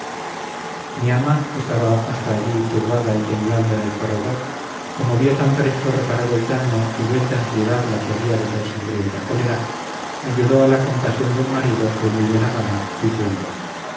mi ama que estaba hasta allí turbada y temblando en el corredor como vió tan presto reparado el daño y vuelta en piedad la que había de ser sangrienta cólera ayudó a la compasión del marido de muy buena gana diciendo